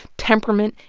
temperament,